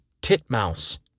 titmouse